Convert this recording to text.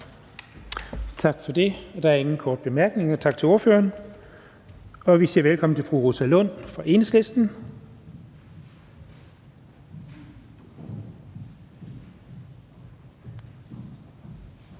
Tak for det. Der er ingen korte bemærkninger, så vi siger tak til ordføreren. Vi siger velkommen til fru Rosa Lund fra Enhedslisten.